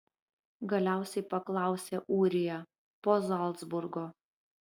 galiausiai paklausė ūrija po zalcburgo